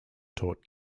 tort